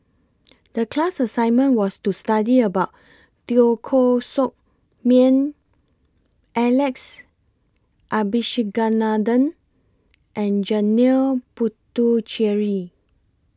The class assignment was to study about Teo Koh Sock Miang Alex Abisheganaden and Janil Puthucheary